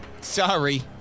Sorry